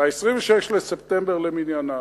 ב-26 בספטמבר למניינם,